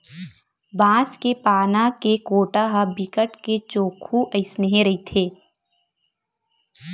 बांस के पाना के कोटा ह बिकट के चोक्खू अइसने रहिथे